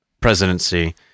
presidency